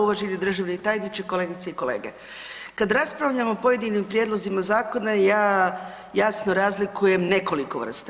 Uvaženi državni tajniče, kolegice i kolege, kada raspravljamo o pojedinim prijedlozima zakona ja jasno razlikujem nekoliko vrsta.